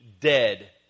dead